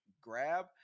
grab